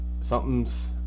something's